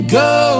go